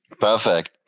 Perfect